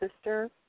sister